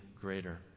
greater